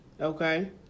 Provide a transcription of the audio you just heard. Okay